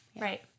Right